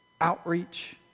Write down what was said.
outreach